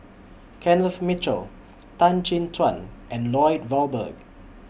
Kenneth Mitchell Tan Chin Tuan and Lloyd Valberg